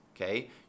okay